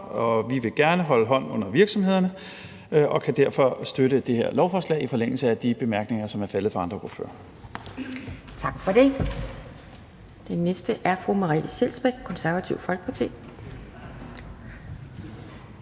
vi vil gerne holde hånden under virksomhederne og kan derfor støtte det her lovforslag i forlængelse af de bemærkninger, som er faldet fra andre ordførere.